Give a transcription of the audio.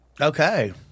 Okay